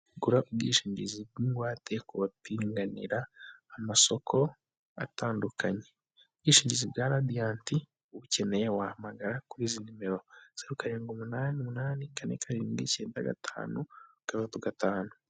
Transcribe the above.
Kugura ubwishingizi bw'ingwate ku bapinganira amasoko atandukanye, ubwishingizi bwa radiant ubukeneye wahamagara kuri izi nimero zero karindwi umunani umunani kane karindwi icyenda gatanu gatandatu gatanu.